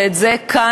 ואת זה כאן,